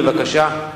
בבקשה,